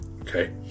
Okay